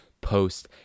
post